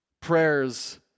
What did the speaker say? prayers